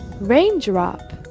raindrop